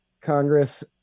Congress